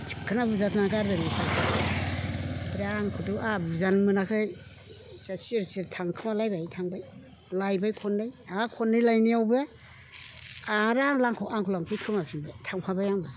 थिगखोना बुजानानै गारदों ओमफ्राय आंखौथ' आंहा बुजानो मोनाखै सिरि सिरि थांखोमालायबाय थांबाय लायबाय खननै आरो खननै लायनायावबो आरो आंखौ लांफैखुमाफिनबाय थांफाबाय आंबो